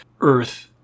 Earth